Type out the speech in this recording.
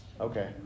Okay